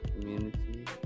community